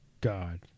God